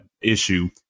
issue